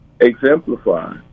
exemplify